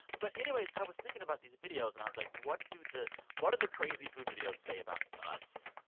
but anyways, i was thinking about these videos. and i was like, what do the what do the crazy food videos say about us?